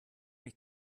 mich